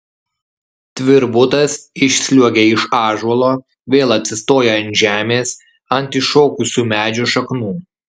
tvirbutas išsliuogia iš ąžuolo vėl atsistoja ant žemės ant iššokusių medžio šaknų